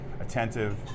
attentive